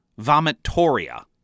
Vomitoria